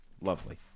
Lovely